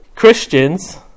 Christians